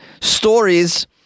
stories